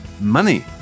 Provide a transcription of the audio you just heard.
money